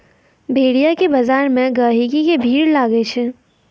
भेड़िया के बजार मे गहिकी के भीड़ लागै छै